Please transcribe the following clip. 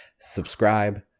Subscribe